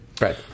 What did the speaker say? right